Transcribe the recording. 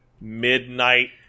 midnight